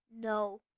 No